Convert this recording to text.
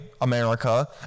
America